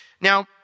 Now